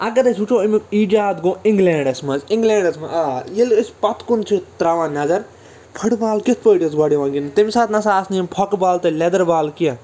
اگر أسۍ وُچھَو امیُک ایٖجاد گوٚو اِنٛگلینٛڈَس منٛز اِنٛگینٛڈَس منٛز آ ییٚلہِ أسۍ پتھ کُن چھِ ترٛاوان نظر فُٹ بال کِتھٕ پٲٹھۍ ٲسۍ گۄڈٕ یِوان گِنٛدنہٕ تَمہِ ساتہٕ نہَ سا آسہٕ نہٕ یِم پھۅکھ بالہٕ تہٕ لیدَر بالہٕ کیٚنٛہہ